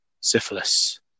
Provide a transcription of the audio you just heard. syphilis